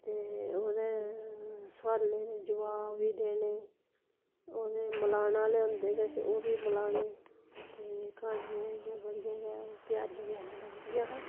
ते ओह्दे सुआलें दे जबाब बी देने ओह्दे मलाने आह्ले होंदे किश ओह् बी मलाने ते क्हानियां इयां बड़ियां गै ओह् प्यारियां प्यारियां लगदियां हियां